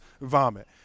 vomit